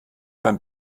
beim